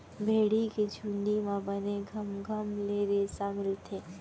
भेड़ी के चूंदी म बने घमघम ले रेसा मिलथे